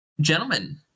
Gentlemen